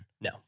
No